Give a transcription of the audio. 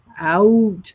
out